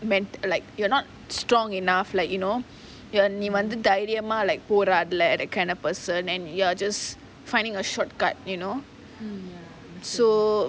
ment~ like you are not strong enough like you know your நீ வந்து தைரியமா:nee vanthu thairiyama like போறதுல:poradula like that kind of person and you are just finding a shortcut you know so